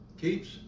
keeps